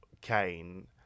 Kane